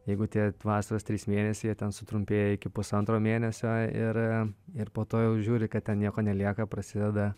jeigu tie vasaros trys mėnesiai ten sutrumpėja iki pusantro mėnesio ir ir po to jau žiūri kad ten nieko nelieka prasideda